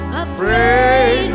afraid